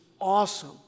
awesome